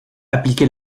appliquer